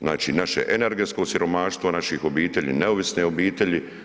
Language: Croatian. Znači naše energetsko siromaštvo naših obitelji, neovisne obitelji.